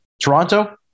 Toronto